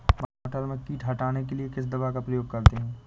मटर में कीट हटाने के लिए किस दवा का प्रयोग करते हैं?